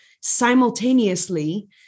simultaneously